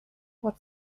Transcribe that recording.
what